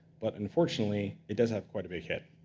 but unfortunately, it does have quite a big hit.